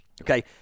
Okay